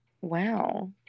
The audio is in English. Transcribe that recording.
wow